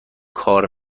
کار